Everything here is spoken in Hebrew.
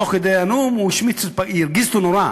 תוך כדי הנאום הוא הרגיז אותו נורא,